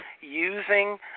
using